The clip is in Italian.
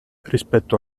rispetto